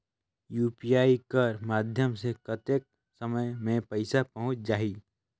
UPI कर माध्यम से कतेक समय मे पइसा पहुंच जाहि?